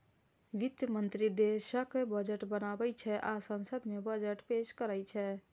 वित्त मंत्री देशक बजट बनाबै छै आ संसद मे बजट पेश करै छै